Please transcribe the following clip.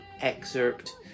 excerpt